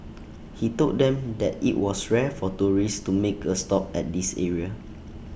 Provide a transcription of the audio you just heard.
he told them that IT was rare for tourists to make A stop at this area